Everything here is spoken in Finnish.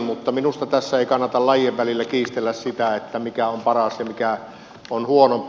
mutta minusta tässä ei kannata lajien välillä kiistellä siitä mikä on paras ja mikä on huonompi